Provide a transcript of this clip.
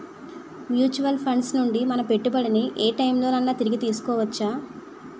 Mutual funds నుండి మన పెట్టుబడిని ఏ టైం లోనైనా తిరిగి తీసుకోవచ్చా?